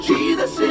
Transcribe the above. Jesus